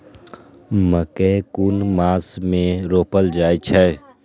मकेय कुन मास में रोपल जाय छै?